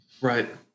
right